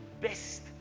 best